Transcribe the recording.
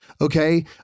Okay